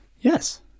Yes